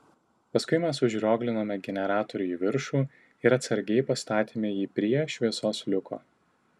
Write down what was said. paskui mes užrioglinome generatorių į viršų ir atsargiai pastatėme jį prie šviesos liuko